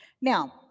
Now